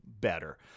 better